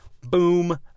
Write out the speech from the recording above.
boom